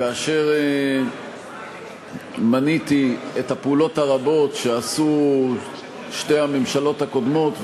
כאשר מניתי את הפעולות הרבות שעשו שתי הממשלות הקודמות,